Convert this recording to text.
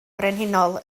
frenhinol